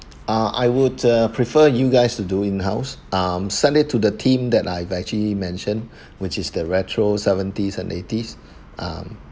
ah I would prefer you guys to do in house um set it to the theme that I've actually mention which is the retro seventies and eighties um